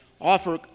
offer